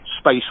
Space